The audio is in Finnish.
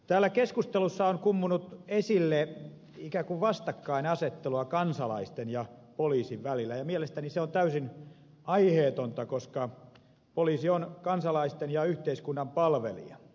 täällä keskustelussa on kummunnut esille ikään kuin vastakkainasettelua kansalaisten ja poliisin välillä ja mielestäni se on täysin aiheetonta koska poliisi on kansalaisten ja yhteiskunnan palvelija